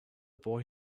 boy